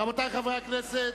רבותי חברי הכנסת,